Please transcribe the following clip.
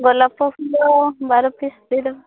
ଗୋଲାପ ଫୁଲ ବାର ପିସ୍ ଦେଇ ଦେବ